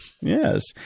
Yes